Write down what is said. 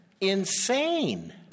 Insane